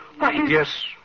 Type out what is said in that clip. Yes